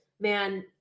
man